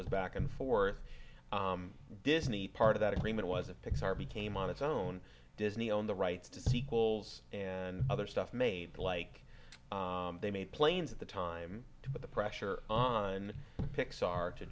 was back and forth disney part of that agreement was a pixar became on its own disney on the rights to sequels and other stuff made like they made planes at the time but the pressure on pixar to